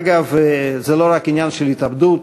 אגב, זה לא רק עניין של התאבדות.